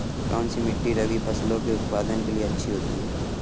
कौनसी मिट्टी रबी फसलों के उत्पादन के लिए अच्छी होती है?